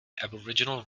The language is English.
aboriginal